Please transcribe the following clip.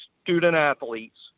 student-athletes